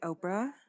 Oprah